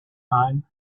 find